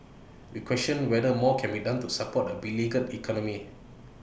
we question whether more can be done to support A beleaguered economy